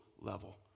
level